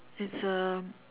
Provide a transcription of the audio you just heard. it's um